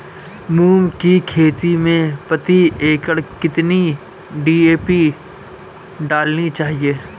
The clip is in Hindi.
मूंग की खेती में प्रति एकड़ कितनी डी.ए.पी डालनी चाहिए?